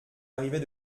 arrivait